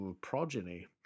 progeny